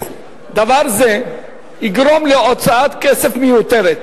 דבר זה יגרום להוצאת כסף מיותרת.